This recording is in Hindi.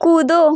कूदो